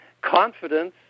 confidence